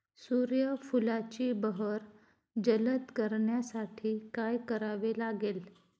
सूर्यफुलाची बहर जलद करण्यासाठी काय करावे लागेल?